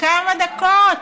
כמה דקות.